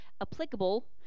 applicable